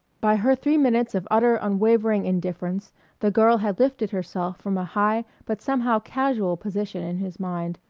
by her three minutes of utter unwavering indifference the girl had lifted herself from a high but somehow casual position in his mind,